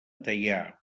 teià